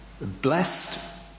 blessed